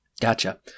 gotcha